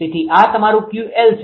તેથી આ તમારું 𝑄𝑙 છે